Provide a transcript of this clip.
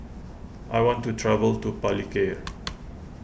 I want to travel to Palikir